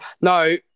No